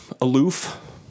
Aloof